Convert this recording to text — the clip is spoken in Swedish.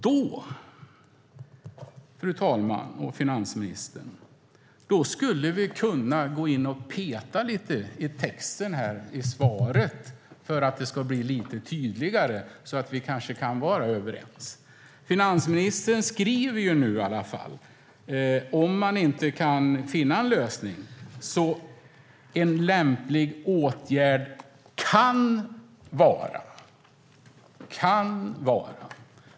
Då, fru talman, skulle vi, finansministern, kunna gå in och peta lite i texten i svaret, för att det ska bli lite tydligare, så att vi kanske kan vara överens. Om man inte kan finna en lösning skriver finansministern i alla fall att "en lämplig åtgärd kan vara ."